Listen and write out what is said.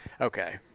okay